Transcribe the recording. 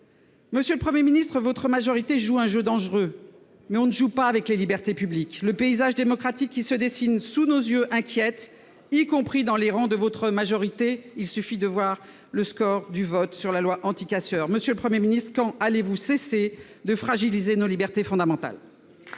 Monsieur le Premier ministre, votre majorité joue un jeu dangereux ! On ne joue pas avec les libertés publiques ! Le paysage démocratique qui se dessine sous nos yeux inquiète, y compris dans les rangs de cette majorité- il suffit de voir le score du vote sur la loi anticasseurs. Quand allez-vous cesser de fragiliser nos libertés fondamentales ?